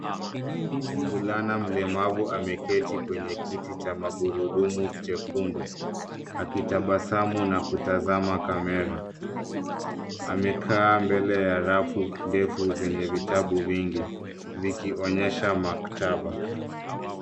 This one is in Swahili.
Mvulana mlemavu ameketi kwenye kiti cha magurudumu chekundu, akitabasamu na kutazama kamera. amekaa mbele ya rafu ndefu zenye vitabu vingi, vikionyesha maktaba.